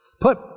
put